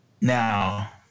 Now